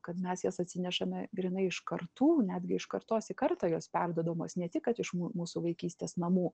kad mes jas atsinešame grynai iš kartų netgi iš kartos į kartą jos perduodamos ne tik kad iš mūsų vaikystės namų